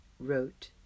Wrote